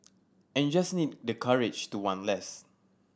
and you just need the courage to want less